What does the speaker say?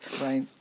Right